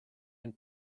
and